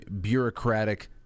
bureaucratic